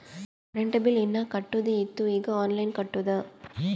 current bill ಹೀನಾ ಕಟ್ಟದು ಇತ್ತು ಈಗ ಆನ್ಲೈನ್ಲೆ ಕಟ್ಟುದ